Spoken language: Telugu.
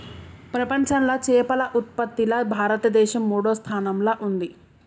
ప్రపంచంలా చేపల ఉత్పత్తిలా భారతదేశం మూడో స్థానంలా ఉంది